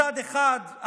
מצד אחד אהרון,